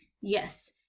Yes